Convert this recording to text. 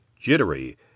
jittery